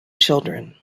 children